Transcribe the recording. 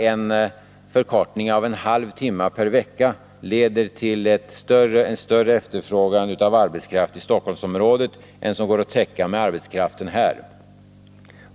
En förkortning med bara en halv timme per vecka leder till en större efterfrågan av arbetskraft i Stockholmsområdet än som kan täckas med den arbetskraft som finns där.